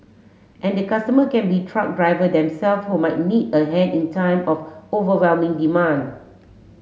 and the customer can be truck driver them self who might need a hand in time of overwhelming demand